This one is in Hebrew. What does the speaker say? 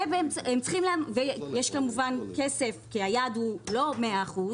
יש כמובן כסף כי היעד הוא לא מאה אחוז